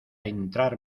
entrar